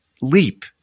leap